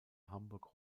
hamburg